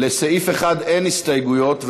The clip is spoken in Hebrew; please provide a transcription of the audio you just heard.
לסעיף 1 אין הסתייגויות,